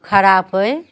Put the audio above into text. खराब अइ